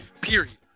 Period